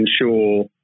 ensure